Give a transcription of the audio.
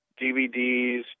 DVDs